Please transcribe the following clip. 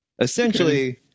Essentially